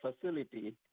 facility